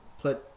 put